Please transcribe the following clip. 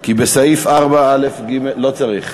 כי בסעיף 4א(ג) לא צריך.